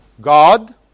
God